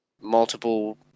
multiple